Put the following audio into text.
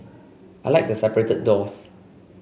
I like the separated doors